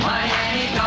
Miami